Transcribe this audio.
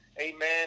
Amen